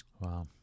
Wow